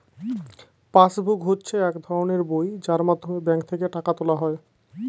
pass book হচ্ছে এক ধরনের বই যার মাধ্যমে ব্যাঙ্ক থেকে টাকা তোলা হয়